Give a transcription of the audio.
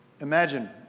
Imagine